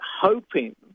hoping